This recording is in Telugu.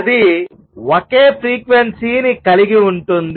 అది ఒకే ఫ్రీక్వెన్సీని కలిగి ఉంటుంది